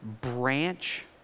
branch